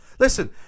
Listen